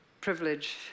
Privilege